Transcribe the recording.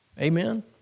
Amen